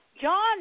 John